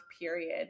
period